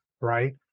right